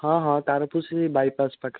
ହଁ ହଁ ତାର ତ ସେଇ ବାଇପାସ୍ ପାଖରେ